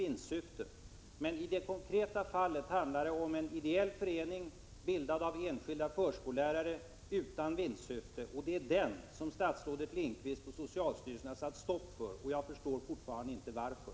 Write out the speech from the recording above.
I det här konkreta fallet handlar det om en ideell förening, bildad av enskilda förskollärare utan vinstsyfte. Men detta har statsrådet och socialstyrelsen satt stopp för. Jag förstår fortfarande inte varför.